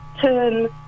turn